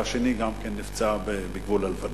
בעזה, והשני לנכה שנפצע בגבול הלבנון.